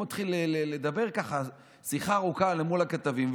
מתחיל לדבר שיחה ארוכה מול הכתבים,